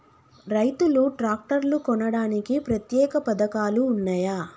రైతులు ట్రాక్టర్లు కొనడానికి ప్రత్యేక పథకాలు ఉన్నయా?